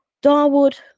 Darwood